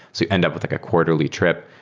so you end up with like a quarterly trip.